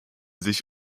sich